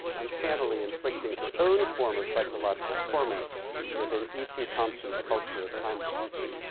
uncannily inflicting her own form of psychological torment within e p. thompson's culture of time discipline.